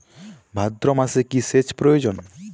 ভাদ্রমাসে কি সেচ প্রয়োজন?